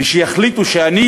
ושיחליטו שאני